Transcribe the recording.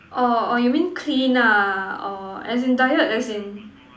orh orh you mean clean ah orh as in diet as in